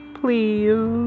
please